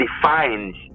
defines